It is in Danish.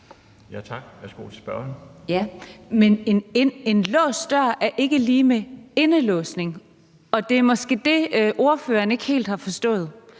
Katrine Daugaard (LA): Men en låst dør er ikke lig med indelåsning, og det er måske det, ordføreren ikke helt har forstået.